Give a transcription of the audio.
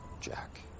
Jack